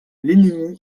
l’ennemi